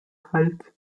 halsschild